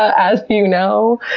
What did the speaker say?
as you know.